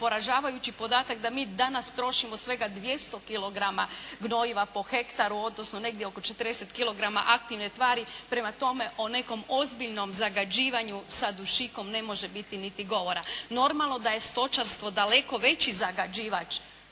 poražavajući podatak da mi danas trošimo svega 200 kilograma gnojiva po hektaru, odnosno negdje oko 40 kilograma aktivne tvari, prema tome o nekom ozbiljnom zagađivanju sa dušikom ne može biti niti govora. Normalno da je stočarstvo daleko veći zagađivač